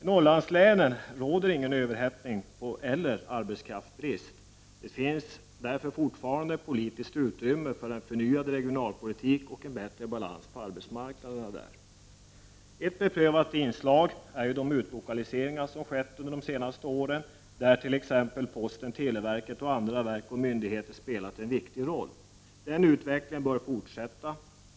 I Norrlandslänen råder det ingen överhettning eller arbetskraftsbrist. Det finns därför fortfarande politiskt utrymme där för en förnyad regionalpolitik och en bättre balans på arbetsmarknaden. Ett beprövat inslag är ju de utlokaliseringar som har skett under de senaste åren, där t.ex. posten, televerket och andra verk och myndigheter har spelat en viktig roll. Den utvecklingen bör fortsätta.